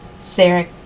Sarah